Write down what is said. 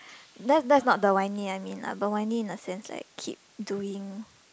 that that's not the whiny I mean lah but whiny in the sense like keep doing